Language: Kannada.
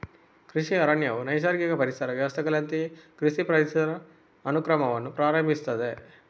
ಕೃಷಿ ಅರಣ್ಯವು ನೈಸರ್ಗಿಕ ಪರಿಸರ ವ್ಯವಸ್ಥೆಗಳಂತೆಯೇ ಕೃಷಿ ಪರಿಸರ ಅನುಕ್ರಮವನ್ನು ಪ್ರಾರಂಭಿಸುತ್ತದೆ